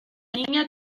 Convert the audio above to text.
niña